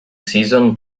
season